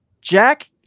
Jack